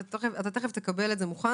אתה תכף תקבל את זה מוכן.